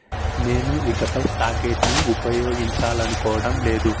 నేను ఇకపై సాకెట్ని ఉపయోగించాలనుకోవటం లేదు